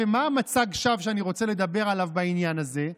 מה מצג השווא שאני רוצה לדבר עליו בעניין הזה?